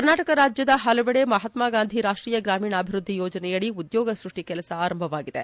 ಕರ್ನಾಟಕ ರಾಜ್ಯದ ಹಲವೆಡೆ ಮಹಾತ್ಮ ಗಾಂಧಿ ರಾಷ್ಟೀಯ ಗ್ರಾಮೀಣಾಭಿವೃದ್ದಿ ಯೋಜನೆಯಡಿ ಉದ್ಯೋಗ ಸೃಷ್ಷಿ ಕೆಲಸ ಆರಂಭವಾಗಿವೆ